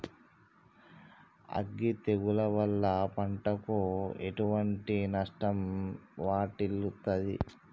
అగ్గి తెగులు వల్ల పంటకు ఎటువంటి నష్టం వాటిల్లుతది?